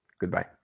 goodbye